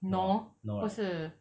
no 不是